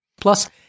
Plus